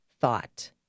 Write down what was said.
thought